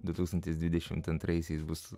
du tūkstantis dvidešimt antraisiais bus